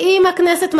שאם הכנסת מחליטה,